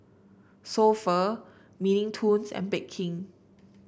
So Pho Mini Toons and Bake King